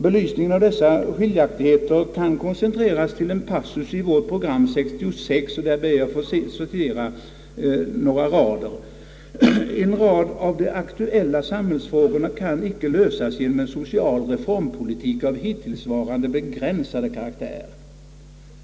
Belysningen av dessa skiljaktigheter kan koncentreras till en passus i vårt program 1966. Jag ber att få citera några rader: »En rad av de aktuella samhällsfrågorna kan icke lösas genom en social reformpolitik av hittillsvarande begränsade karaktär.